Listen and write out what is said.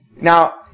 Now